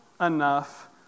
enough